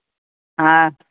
हा